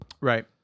Right